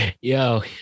yo